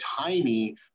tiny